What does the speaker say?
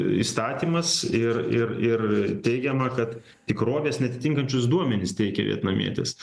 įstatymas ir ir ir teigiama kad tikrovės neatitinkančius duomenis teikė vietnamietės